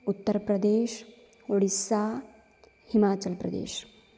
Uttar Pradesh Odisha Himachal Pradesh